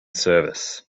service